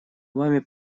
вами